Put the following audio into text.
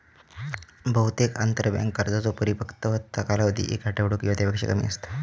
बहुतेक आंतरबँक कर्जांचो परिपक्वता कालावधी एक आठवडो किंवा त्यापेक्षा कमी असता